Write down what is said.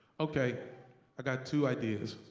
okay i got two ideas.